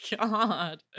god